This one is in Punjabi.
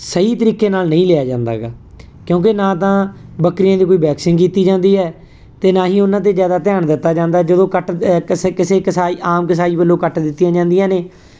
ਸਹੀ ਤਰੀਕੇ ਨਾਲ ਨਹੀਂ ਲਿਆ ਜਾਂਦਾ ਹੈਗਾ ਕਿਉਂਕਿ ਨਾ ਤਾਂ ਬੱਕਰੀਆਂ ਦੀ ਕੋਈ ਵੈਕਸੀਨ ਕੀਤੀ ਜਾਂਦੀ ਹੈ ਅਤੇ ਨਾ ਹੀ ਉਹਨਾਂ 'ਤੇ ਜ਼ਿਆਦਾ ਧਿਆਨ ਦਿੱਤਾ ਜਾਂਦਾ ਜਦੋਂ ਕੱਟ ਕਿਸੇ ਕਿਸੇ ਕਸਾਈ ਆਮ ਕਸਾਈ ਵੱਲੋਂ ਕੱਟ ਦਿੱਤੀਆਂ ਜਾਂਦੀਆਂ ਨੇ